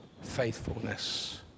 faithfulness